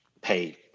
pay